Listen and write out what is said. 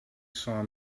saw